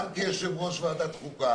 גם כיושב-ראש ועדת חוקה